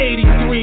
83